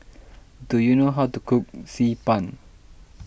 do you know how to cook Xi Ban